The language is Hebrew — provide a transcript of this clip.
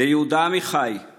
ליהודה עמיחי /